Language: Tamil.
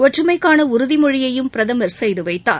ஒற்றுமைக்கான உறுதிமொழியையும் பிரதமர் செய்து வைத்தார்